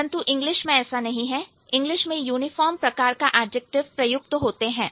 परंतु इंग्लिश में ऐसा नहीं है इंग्लिश में यूनिफार्म प्रकार का एडजेक्टिव प्रयुक्त होते है